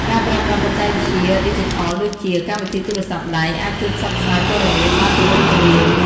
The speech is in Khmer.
ការប្រើប្រាស់បច្ចេកវិទ្យាឌីជីថលដូចជា កម្មវិធីទូរស័ព្ទដៃ អាចជួយផ្សព្វផ្សាយព័ត៌មានបានទួលំទួលាយ។